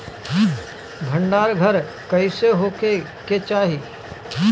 भंडार घर कईसे होखे के चाही?